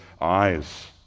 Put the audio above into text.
eyes